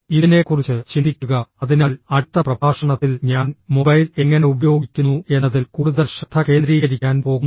ഇതിനെക്കുറിച്ച് ചിന്തിക്കുക അതിനാൽ അടുത്ത പ്രഭാഷണത്തിൽ ഞാൻ മൊബൈൽ എങ്ങനെ ഉപയോഗിക്കുന്നു എന്നതിൽ കൂടുതൽ ശ്രദ്ധ കേന്ദ്രീകരിക്കാൻ പോകുന്നു